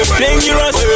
dangerous